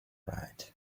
right